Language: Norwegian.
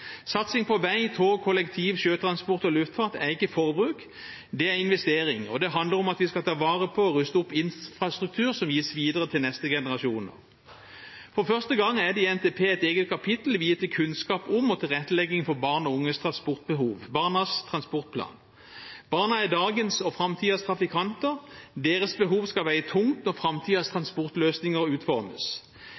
Satsing på vei, tog, kollektivtransport, sjøtransport og luftfart er ikke forbruk, det er investering, og det handler om at vi skal ta vare på og ruste opp infrastruktur som gis videre til neste generasjon. For første gang er det i NTP et eget kapittel viet kunnskap om og tilrettelegging for barn og unges transportbehov, Barnas transportplan. Barna er dagens og framtidens trafikanter. Deres behov skal veie tungt når